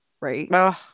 right